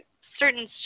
certain